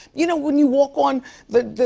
you know when you walk on the